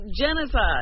genocide